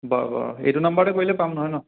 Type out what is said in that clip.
বাৰু বাৰু এইটো নাম্বাৰতে কৰিলে পাম নহয় ন